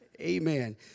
Amen